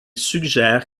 suggère